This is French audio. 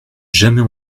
jamais